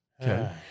Okay